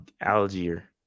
Algier